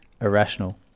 irrational